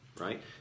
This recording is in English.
Right